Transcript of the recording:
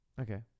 Okay